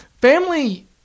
family